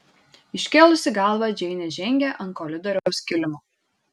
iškėlusi galvą džeinė žengė ant koridoriaus kilimo